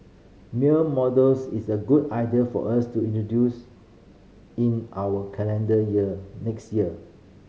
male models is a good idea for us to introduce in our calendar year next year